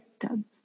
done